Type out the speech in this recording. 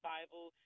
Bible